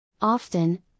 Often